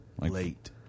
Late